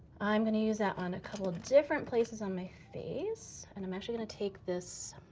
i'm gonna use that on a couple of different places on my face, and i'm actually gonna take this